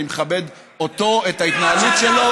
אני מכבד אותו, את ההתנהלות שלו